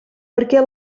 perquè